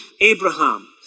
Abraham